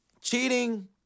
cheating